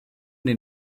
den